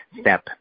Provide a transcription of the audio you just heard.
step